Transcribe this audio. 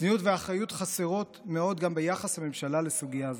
צניעות ואחריות חסרות מאוד גם ביחס הממשלה לסוגיה זו,